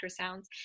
ultrasounds